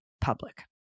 public